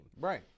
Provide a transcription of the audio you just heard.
Right